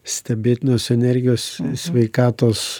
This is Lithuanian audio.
stebėtinos energijos sveikatos